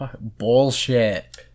bullshit